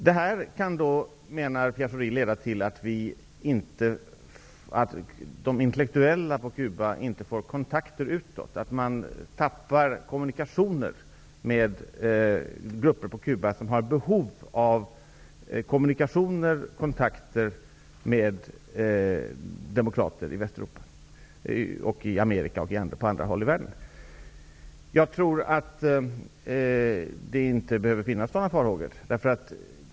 Det här, menar Pierre Schori, kan leda till att de intellektuella på Cuba inte får kontakter utåt och att man inte kan kommunisera med grupper på Cuba som har behov av kommunikationer och kontakter med demokrater i Västeuropa, Amerika och på andra håll i världen. Jag tror inte att det behöver finnas några farhågor.